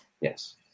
Yes